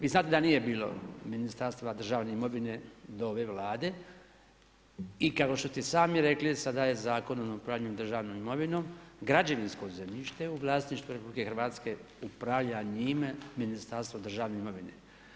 Vi znate da nije bilo Ministarstva državne imovine do ove Vlade i kao što ste sami rekli sada je Zakonom o upravljanju državnom imovinom građevinsko zemljište u vlasništvu Republike Hrvatske, upravlja njime Ministarstvo državne imovine.